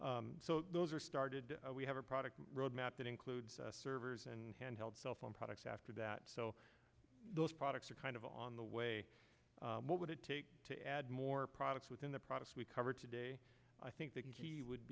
are so those are started we have a product roadmap that includes servers and handheld cell phone products after that so those products are kind of on the way what would it take to add more products within the products we cover today i think the key would